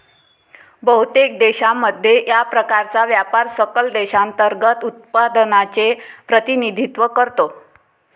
बहुतेक देशांमध्ये, या प्रकारचा व्यापार सकल देशांतर्गत उत्पादनाचे प्रतिनिधित्व करतो